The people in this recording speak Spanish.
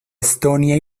estonia